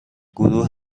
گروه